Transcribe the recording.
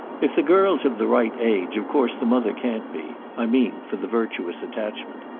if the girl's of the right age of course the mother can't be. i mean for the virtuous attachment.